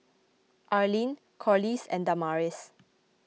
Arlyn Corliss and Damaris